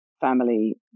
family